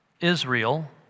Israel